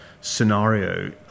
scenario